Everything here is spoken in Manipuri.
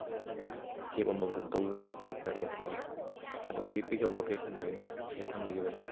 ꯀꯦꯞ ꯑꯃ ꯕꯨꯛ ꯇꯧꯒꯤꯕꯅꯦ ꯄꯨꯡ ꯇꯔꯦꯠꯇꯒꯤ ꯑꯗꯣ ꯑꯩꯒꯤ ꯄꯤꯛꯑꯞ ꯂꯣꯀꯦꯁꯟꯗꯣ ꯑꯩꯅ ꯉꯁꯥꯏ ꯊꯝꯖꯈꯤꯕꯗ